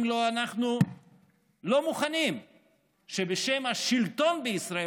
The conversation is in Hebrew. לו: אנחנו לא מוכנים שבשם השלטון בישראל,